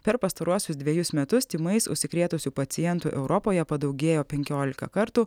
per pastaruosius dvejus metus tymais užsikrėtusių pacientų europoje padaugėjo penkiolika kartų